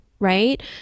right